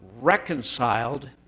reconciled